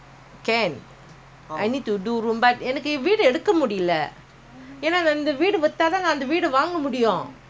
ஏனாஇந்தவீடுவித்தாதாஅந்தவீடுவாங்கமுடியும்காசுபத்தலஎனக்குஇப்பவந்துலோன்க்கு:yenaa indha veedu vithaatha antha veedu vaanka mudiyum kaasu pathala enaku ipa vandhu loanuku